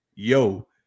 yo